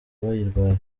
bayirwaye